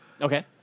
Okay